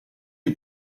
you